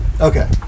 Okay